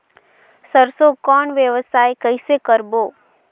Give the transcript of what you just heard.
सरसो कौन व्यवसाय कइसे करबो?